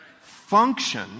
Function